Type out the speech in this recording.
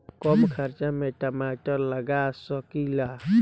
कम खर्च में टमाटर लगा सकीला?